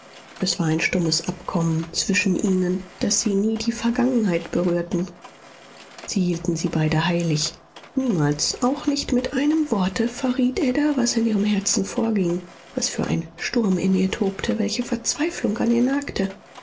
es war ein stummes abkommen zwischen ihnen daß sie nie die vergangenheit berührten sie hielten sie beide heilig niemals auch nicht mit einem worte verriet ada was in ihrem herzen vorging was für ein sturm in ihr tobte welche verzweiflung an ihr nagte